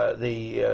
ah the